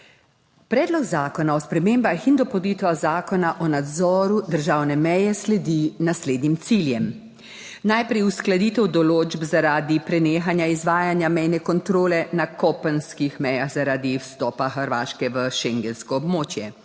Predlog zakona o spremembah in dopolnitvah Zakona o nadzoru državne meje sledi naslednjim ciljem. Najprej uskladitev določb zaradi prenehanja izvajanja mejne kontrole na kopenskih mejah zaradi vstopa Hrvaške v schengensko območje.